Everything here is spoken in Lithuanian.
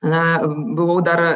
na buvau dar